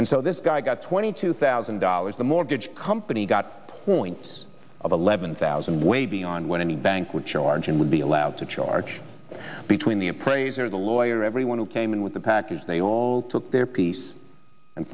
and so this guy got twenty two thousand dollars the mortgage company got points of eleven thousand way beyond what any bank would charge and would be allowed to charge between the appraiser the lawyer everyone who came in with the package they all took their piece and